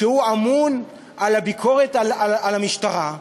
שהוא אמון על הביקורת על המשטרה,